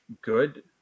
good